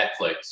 Netflix